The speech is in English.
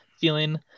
feeling